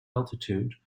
altitude